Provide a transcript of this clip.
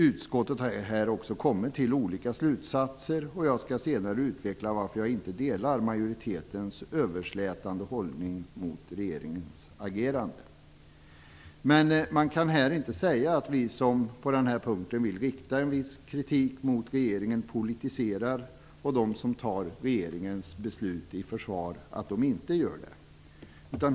Utskottet har här också kommit till olika slutsatser, och jag skall senare utveckla varför jag inte delar majoritetens överslätande hållning gentemot regeringens agerande. Men man kan inte säga att vi som på den här punkten vill rikta en viss kritik mot regeringen politiserar och att de som tar regeringens beslut i försvar inte gör det.